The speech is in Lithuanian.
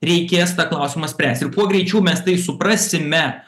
reikės tą klausimą spręst ir kuo greičiau mes tai suprasime